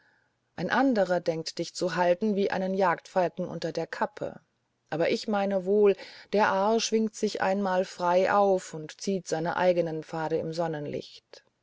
ein anderer denkt dich zu halten wie einen jagdfalken unter der kappe aber ich meine wohl der aar schwingt sich einmal frei auf und zieht seine eigenen pfade im sonnenlicht